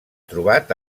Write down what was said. trobat